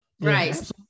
Right